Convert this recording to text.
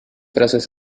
frases